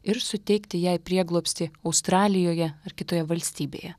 ir suteikti jai prieglobstį australijoje ar kitoje valstybėje